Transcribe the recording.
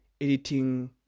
editing